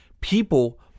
people